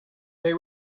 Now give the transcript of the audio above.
they